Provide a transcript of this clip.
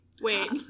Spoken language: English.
Wait